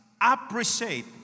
appreciate